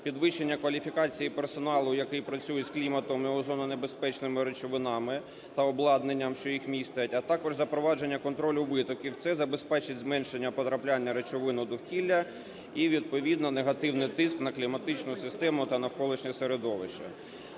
підвищення кваліфікації персоналу, який працює з кліматом і озононебезпечними речовинами та обладнанням, що їх містить, а також запровадження контролю витоків. Це забезпечить зменшення потрапляння речовин у довкілля і відповідно негативний тиск на кліматичну систему та навколишнє середовище.